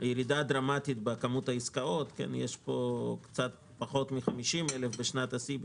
ירידה דרמטית בכמות העסקאות יש פה קצת פחות מ-50,000 בשנת השיא,